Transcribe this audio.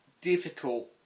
difficult